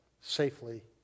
safely